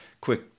quick